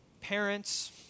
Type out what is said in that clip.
parents